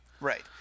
Right